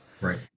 Right